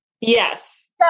Yes